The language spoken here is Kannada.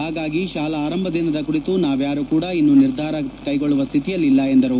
ಹಾಗಾಗಿ ಶಾಲಾ ಆರಂಭ ದಿನದ ಕುರಿತು ನಾವ್ಯಾರು ಕೂಡ ಇನ್ನು ನಿರ್ಧಾರ ತೆಗೆದುಕೊಳ್ಳುವ ಸ್ಥಿತಿಯಲಿಲ್ಲ ಎಂದರು